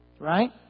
Right